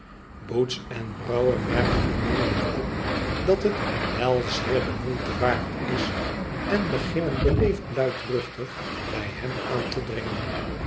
boots en brouwer merken onmiddellijk op dat het wel zeer de moeite waard is en beginnen beleefd luidruchtig bij hem aan te dringen